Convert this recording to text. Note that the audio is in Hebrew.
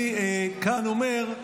אני כאן אומר,